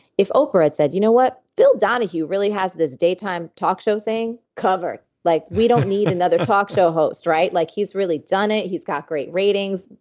if oprah had said, you know what? phil donahue really has this daytime talk show thing covered. like we don't need another talk show host. like he's really done it. he's got great ratings.